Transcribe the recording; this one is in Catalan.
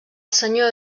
senyor